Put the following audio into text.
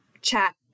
chat